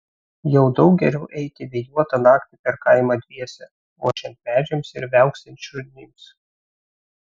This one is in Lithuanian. jau daug geriau eiti vėjuotą naktį per kaimą dviese ošiant medžiams ir viauksint šunims